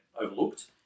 overlooked